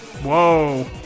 Whoa